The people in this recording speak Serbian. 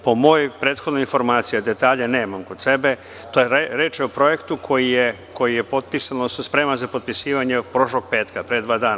Po mojoj prethodnoj informaciji, detalje nemam kod sebe, reč je o projektu koji je potpisan, odnosno spreman za potpisivanje od prošlog petka, pre dva dana.